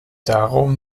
darum